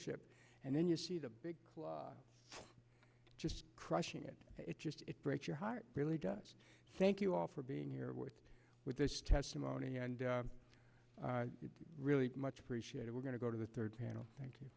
ship and then you see the big just crushing it it just it breaks your heart really does thank you all for being here with this testimony and it's really much appreciated we're going to go to the third panel thank you